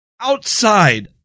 outside